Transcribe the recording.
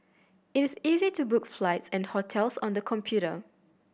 it is easy to book flights and hotels on the computer